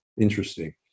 interesting